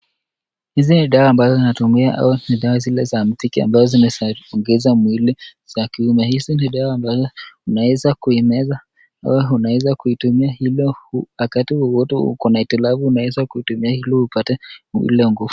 Hizi ni dawa ambazo zinatumiwa au ni dawa zile za mtiki ambazo zinaongeza mwili za kiume. Hizi ni dawa ambazo unaweza kuimeza au unaweza kuitumia wakati wowote uko na hitilafu unaweza kuitumia ili upate mwili wa nguvu.